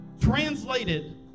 translated